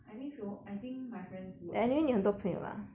I think so I think my friends would